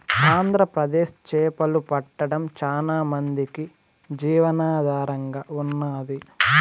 ఆంధ్రప్రదేశ్ చేపలు పట్టడం చానా మందికి జీవనాధారంగా ఉన్నాది